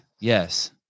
Yes